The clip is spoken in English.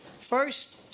First